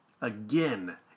Again